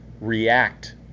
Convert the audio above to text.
react